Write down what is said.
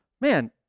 man